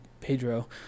Pedro